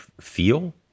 feel